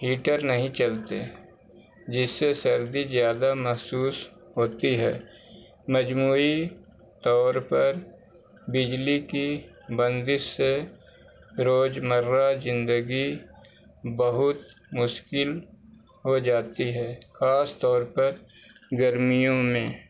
heater نہیں چلتے جس سے سردی زیادہ محسوس ہوتی ہے مجموعی طور پر بجلی کی بندش سے روزمرہ زندگی بہت مشکل ہو جاتی ہے خاص طور پر گرمیوں میں